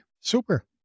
Super